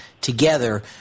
together